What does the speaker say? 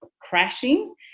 crashing